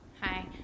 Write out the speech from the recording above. Hi